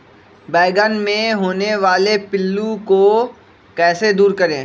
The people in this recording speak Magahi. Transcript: बैंगन मे होने वाले पिल्लू को कैसे दूर करें?